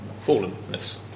fallenness